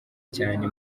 cyane